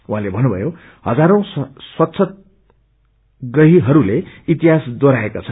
उहाँले भन्नुभयो हजारौ स्वव्छप्रहिहरूले इतिहास दोहो याएका छन्